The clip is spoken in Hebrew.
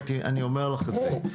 אני אומר לך את זה,